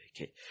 Okay